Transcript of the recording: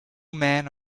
man